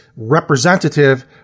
representative